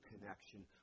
connection